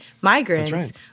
migrants